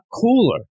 cooler